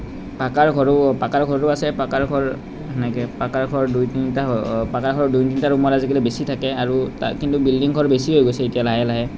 পাকাৰ ঘৰো পাকাৰ ঘৰো আছে পাকাৰ ঘৰ সেনেকৈ পাকাৰ ঘৰ দুই তিনিটা পাকাৰ ঘৰ দুই তিনিটা ৰুমত আজিকালি বেছি থাকে আৰু তাত কিন্তু বিল্ডিং ঘৰ বেছি হৈ গৈছে এতিয়া লাহে লাহে